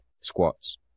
squats